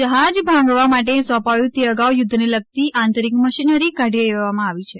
જહાજ ભાંગવાં માટે સોંપાયું તે અગાઉ યુદ્ધને લગતી આંતરિક મશીનરી કાઢી લેવામાં આવી છે